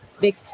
big